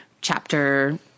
chapter